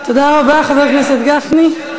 תודה רבה, חבר הכנסת גפני.